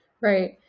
Right